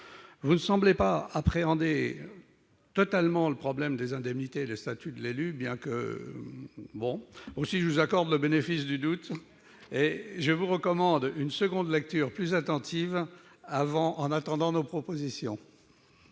Vous ne semblez pas appréhender totalement le problème des indemnités et du statut de l'élu, mais je vous accorde le bénéfice du doute et vous en recommande une seconde lecture plus attentive, en attendant nos propositions.